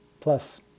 Plus